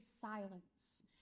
silence